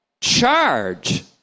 charge